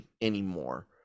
anymore